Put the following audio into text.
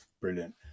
brilliant